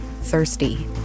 thirsty